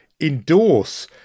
endorse